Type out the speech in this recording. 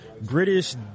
British